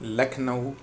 Lucknow